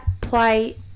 play